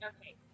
Okay